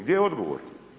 Gdje je odgovor?